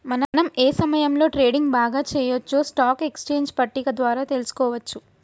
మనం ఏ సమయంలో ట్రేడింగ్ బాగా చెయ్యొచ్చో స్టాక్ ఎక్స్చేంజ్ పట్టిక ద్వారా తెలుసుకోవచ్చు